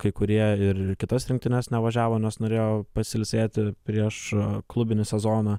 kai kurie ir kitas rinktines nevažiavo nes norėjo pasilsėti prieš klubinį sezoną